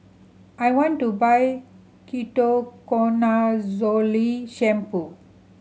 I want to buy Ketoconazole Shampoo